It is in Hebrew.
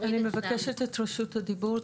אני מבקשת את רשות הדיבור.